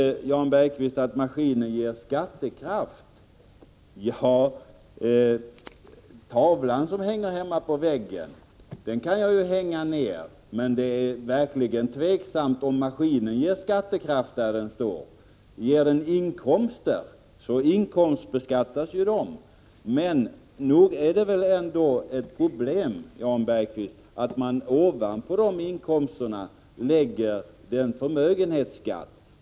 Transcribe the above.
Jan Bergqvist säger att maskinen ger skattekraft. Tavlan som hänger hemma på väggen kan jag ta ner. Men det är verkligen tveksamt om maskinen ger skattekraft där den bara står. Ger den inkomster så inkomstbeskattas den. Nog är det väl ändå ett problem att man ovanpå det lägger förmögenhetsskatten.